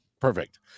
Perfect